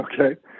Okay